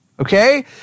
Okay